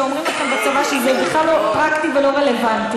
כשאומרים לכם בצבא שזה בכלל לא פרקטי ולא רלוונטי,